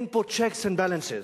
אין פה checks and balances.